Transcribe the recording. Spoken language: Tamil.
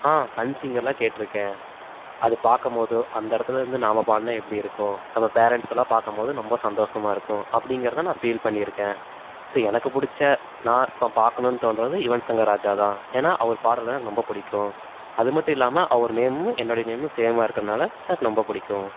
சன்சிங்கர்லாம் கேட்டிருக்கேன் அது பார்க்கும் போதோ அந்த இடத்துலருந்து நாம் பாடுனால் எப்படி இருக்கும் நம்ம பேரன்ட்ஸ்லாம் பார்க்கும் போது ரொம்ப சந்தோசமாக இருக்கும் அப்படிங்கிறத நான் ஃபீல் பண்ணியிருக்கேன் ஸோ எனக்கு பிடிச்ச நான் இப்போ பார்க்கணும்னு தோன்றது யுவன் ஷங்கர் ராஜா தான் ஏன்னா அவர் பாடல்லாம் எனக்கு ரொம்ப பிடிக்கும் அது மட்டும் இல்லாமல் அவர் நேமும் என்னோடய நேமும் சேம்மாக இருக்கிறதுனால சார் ரொம்ப பிடிக்கும்